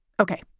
ok,